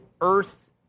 Earth